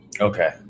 Okay